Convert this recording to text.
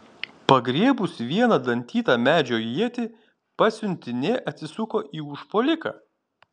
pagriebusi vieną dantytą medžio ietį pasiuntinė atsisuko į užpuoliką